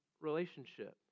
relationship